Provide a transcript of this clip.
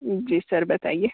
जी sir बताइए